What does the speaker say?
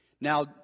Now